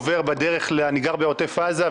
אני גר בעוטף עזה,